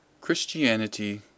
Christianity